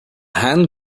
hand